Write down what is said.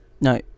No